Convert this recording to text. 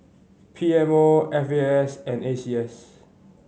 P M O F A S and A C S